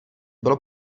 bylo